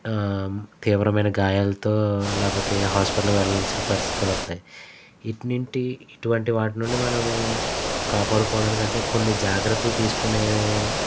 తీవ్రమైన గాయాలతో లేకపోతే హాస్పిటల్ వెళ్ళాల్సిన పరిస్థితులు వస్తాయి ఇట్నింటి ఇటువంటి వాటి నుండి మనము కాపాడుకోడానికి అంటే కొన్ని జాగ్రత్తలు తీసుకునే